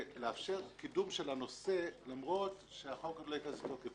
לאפשר קידום של הנושא למרות שהחוק עוד לא ייכנס לתוקף.